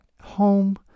home